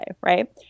right